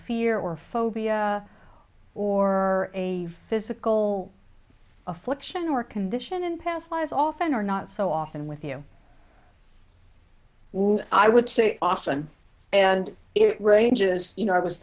fear or phobia or a physical affliction or condition in past lives often or not so often with you i would say often and it ranges you know i was